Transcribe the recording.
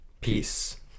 Peace